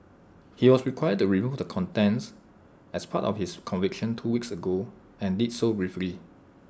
he was required to remove the contents as part of his conviction two weeks ago and did so briefly